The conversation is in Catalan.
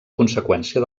conseqüència